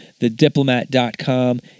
thediplomat.com